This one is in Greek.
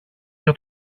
για